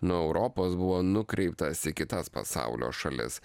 nuo europos buvo nukreiptas į kitas pasaulio šalis